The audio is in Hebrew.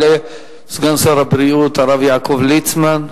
יעלה סגן שר הבריאות הרב יעקב ליצמן,